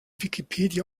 wikipedia